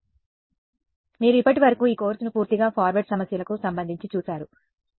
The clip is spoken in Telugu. కాబట్టి మీరు ఇప్పటివరకు ఈ కోర్సును పూర్తిగా ఫార్వార్డ్ సమస్యలకు సంబంధించి చూసారు